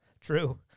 true